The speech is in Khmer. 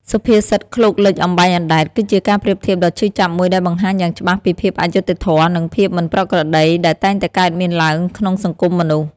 សុភាសិត "ឃ្លោកលិច អំបែងអណ្ដែត" គឺជាការប្រៀបធៀបដ៏ឈឺចាប់មួយដែលបង្ហាញយ៉ាងច្បាស់ពីភាពអយុត្តិធម៌ និងភាពមិនប្រក្រតីដែលតែងកើតមានឡើងក្នុងសង្គមមនុស្ស។